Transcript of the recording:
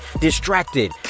distracted